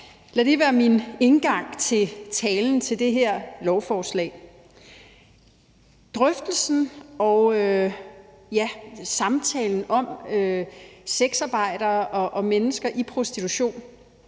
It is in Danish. lad det være min indgang til talen til det her beslutningsforslag. Drøftelsen og samtalen om sexarbejdere og mennesker i prostitution